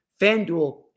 FanDuel